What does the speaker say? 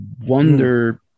wonder